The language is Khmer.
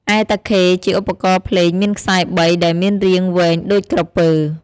ឯតាខេ ជាឧបករណ៍ភ្លេងមានខ្សែ ៣ ដែលមានរាងវែងដូចក្រពើ។